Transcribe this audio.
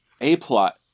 A-plot